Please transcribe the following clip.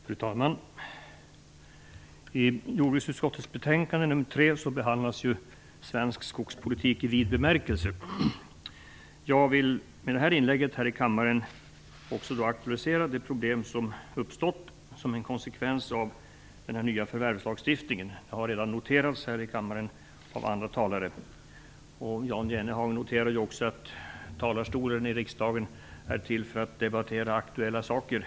Fru talman! I jordbruksutskottets betänkande nr 3 behandlas svensk skogspolitik i vid bemärkelse. Med det här inlägget här i kammaren vill jag aktualisera de problem som uppstått som en konsekvens av den nya förvärvslagstiftningen. De har redan noterats här i kammaren av andra talare. Jan Jennehag noterade också att talarstolen i riksdagen är till för att debattera aktuella saker i.